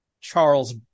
Charles